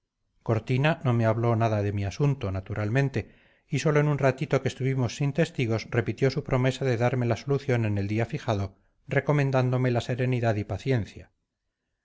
cortina no me habló nada de mi asunto naturalmente y sólo en un ratito que estuvimos sin testigos repitió su promesa de darme la solución en el día fijado recomendándome la serenidad y paciencia